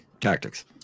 tactics